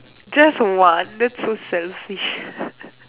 just one that's so selfish